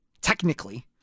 technically